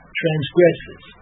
transgresses